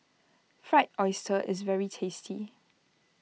Fried Oyster is very tasty